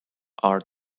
are